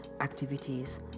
activities